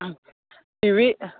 थिवी